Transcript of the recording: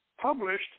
published